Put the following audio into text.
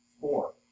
four